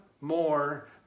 more